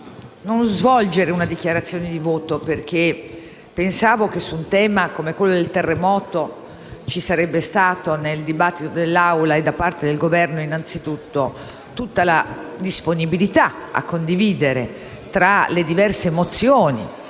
svolgere una dichiarazione di voto, perché pensavo che su un tema come quello del terremoto ci sarebbe stata, nel dibattito in Aula e da parte del Governo innanzitutto, tutta la disponibilità a condividere alcune delle buone